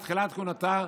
מתחילת כהונתה,